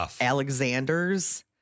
Alexander's